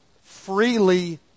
freely